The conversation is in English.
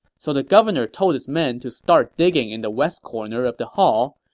so the governor told his men to start digging in the west corner of the hall,